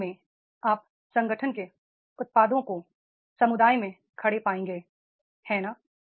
गर्व में आप संगठन के उत्पादों को समुदाय में खड़े पाएंगे है ना